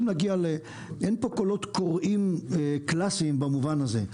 אין פה קולות קוראים קלאסיים במובן הזה.